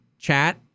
chat